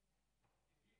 קארה?